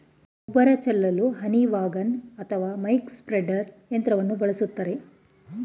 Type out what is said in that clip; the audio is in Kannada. ಗೊಬ್ಬರ ಚೆಲ್ಲಲು ಹನಿ ವಾಗನ್ ಅಥವಾ ಮಕ್ ಸ್ಪ್ರೆಡ್ದರ್ ಯಂತ್ರವನ್ನು ಬಳಸ್ತರೆ